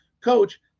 coach